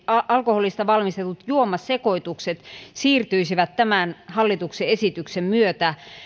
alkoholista valmistelut juomasekoitukset siirtyisivät tämän hallituksen esityksen myötä